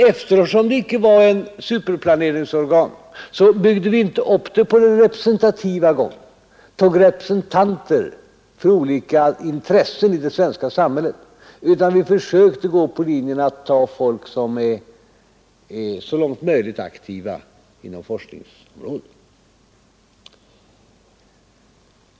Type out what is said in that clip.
Eftersom det icke skulle bli ett superplaneringsorgan, byggde vi inte upp det genom att ta representanter för olika intressen i det svenska samhället, utan vi valde att gå på den linjen att så långt möjligt få folk som arbetade inom forskningsområdet.